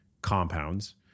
Compounds